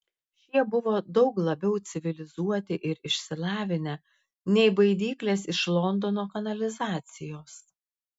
šie buvo daug labiau civilizuoti ir išsilavinę nei baidyklės iš londono kanalizacijos